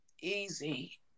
easy